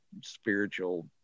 spiritual